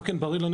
כי עם כל הכבוד,